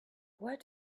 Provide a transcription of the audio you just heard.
where